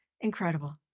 Incredible